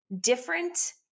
different